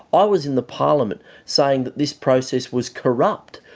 i was in the parliament saying that this process was corrupt.